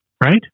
Right